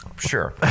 Sure